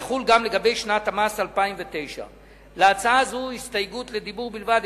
יחול גם לגבי שנת המס 2009. להצעה זו יש הסתייגויות לדיבור בלבד.